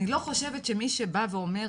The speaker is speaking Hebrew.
אני לא חושבת שמי שבא ואומר,